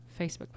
Facebook